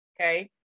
Okay